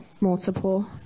Multiple